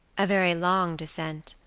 a very long descent,